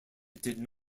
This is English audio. did